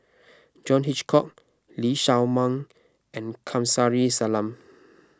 John Hitchcock Lee Shao Meng and Kamsari Salam